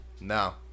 No